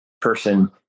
person